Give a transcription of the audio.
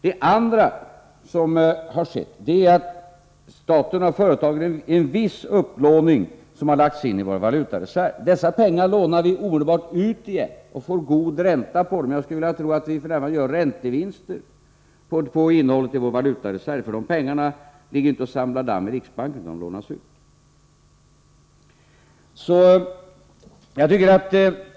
Det som också har skett är att staten har företagit en viss upplåning, som har lagts in i vår valutareserv. Dessa pengar lånar vi omedelbart ut igen, och vi får god ränta på dem. Jag skulle tro att vi f. n. gör räntevinster på innehållet i vår valutareserv, för dessa pengar ligger inte och samlar damm i riksbanken, utan de lånas ut.